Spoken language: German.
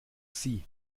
sie